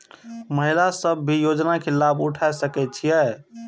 महिला सब भी योजना के लाभ उठा सके छिईय?